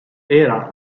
era